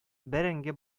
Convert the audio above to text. бәрәңге